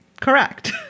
correct